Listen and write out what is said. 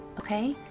okay?